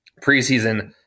preseason